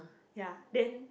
ya then